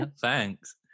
Thanks